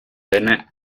innit